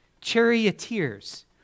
charioteers